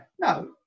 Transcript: no